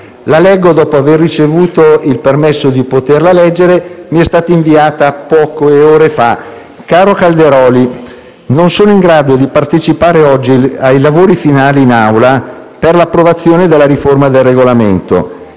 Leggo, dopo aver ricevuto il permesso di poterlo fare, una lettera che mi è stata inviata poche ore fa. «Caro Calderoli, non sono in grado di partecipare oggi ai lavori finali in Aula per l'approvazione della riforma del Regolamento,